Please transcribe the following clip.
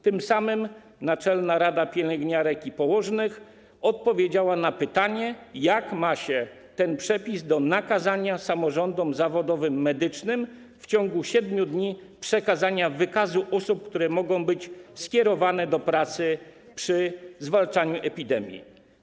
Tym samym naczelna rada pielęgniarek i położnych odpowiedziała na pytanie, jak ma się ten przepis do nakazania samorządom zawodowym medycznym w ciągu 7 dni przekazania wykazu osób, które mogą być skierowane do pracy przy zwalczaniu epidemii.